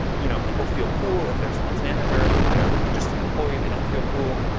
you know, people feel cool if they're someones manager. and if they're just an employee they don't feel cool.